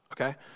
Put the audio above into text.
Okay